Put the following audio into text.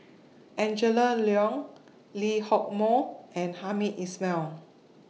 Angela Liong Lee Hock Moh and Hamed Ismail